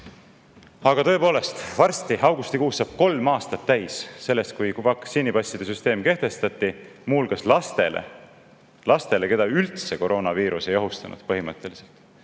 Aga tõepoolest, varsti, augustikuus saab kolm aastat täis sellest, kui vaktsiinipasside süsteem kehtestati, muu hulgas lastele – lastele, keda koroonaviirus üldse ei ohustanud põhimõtteliselt!